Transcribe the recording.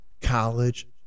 college